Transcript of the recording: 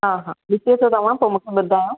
हा हा ॾिसी अचो तव्हां पोइ मूंखे ॿुधायो